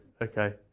Okay